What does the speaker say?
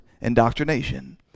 indoctrination